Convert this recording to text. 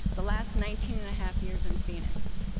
the last nineteen and a half years in phoenix.